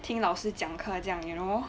听老师讲课这样 you know